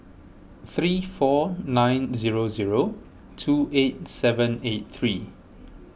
three four nine zero zero two eight seven eight three